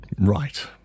Right